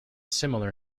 similar